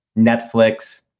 Netflix